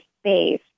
space